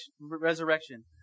resurrection